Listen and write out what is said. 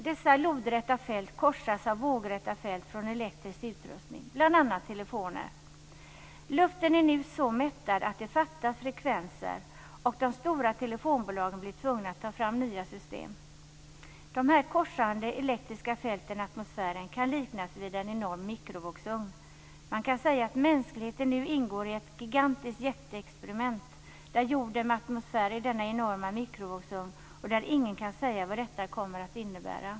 Dessa lodräta fält korsas av vågräta fält från elektrisk utrustning, bl.a. telefoner. Luften är nu så mättad att det fattas frekvenser, och de stora telefonbolagen blir tvungna att ta fram nya system. De här korsande elektriska fälten i atmosfären kan liknas vid en enorm mikrovågsugn. Man kan säga att mänskligheten nu ingår i ett gigantiskt experiment där jorden med atmosfär är denna enorma mikrovågsugn och där ingen kan säga vad detta kommer att innebära.